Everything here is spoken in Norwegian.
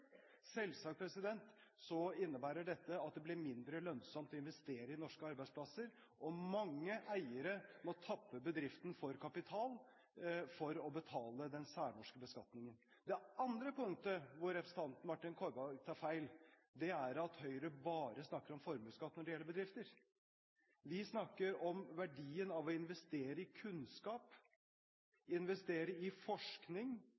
innebærer dette at det blir mindre lønnsomt å investere i norske arbeidsplasser, og mange eiere må tappe bedriften for kapital for å betale den særnorske beskatningen. Det andre punktet hvor representanten Martin Kolberg tar feil, er at Høyre bare snakker om formuesskatt når det gjelder bedrifter. Vi snakker om verdien av å investere i kunnskap, investere i forskning.